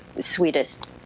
sweetest